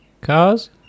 cars